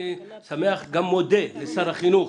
אני שמח וגם מודה לשר החינוך,